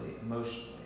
emotionally